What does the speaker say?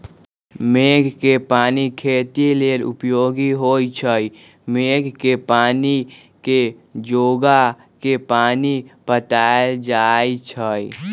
मेघ कें पानी खेती लेल उपयोगी होइ छइ मेघ के पानी के जोगा के पानि पटायल जाइ छइ